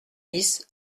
dix